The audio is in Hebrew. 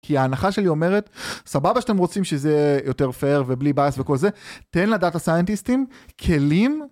כי ההנחה שלי אומרת, סבבה שאתם רוצים שזה יהיה יותר פייר ובלי ביאס וכל זה, תן לדאטה סיינטיסטים כלים.